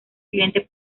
cliente